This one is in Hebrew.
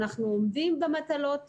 אנחנו עומדים במטלות,